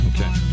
Okay